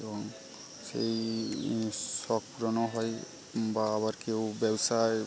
এবং সেই শখ পূরণও হয় বা আবার কেউ ব্যবসায়